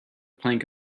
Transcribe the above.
plank